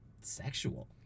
sexual